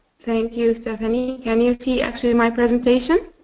thank you stephanie. can you see actually my presentation?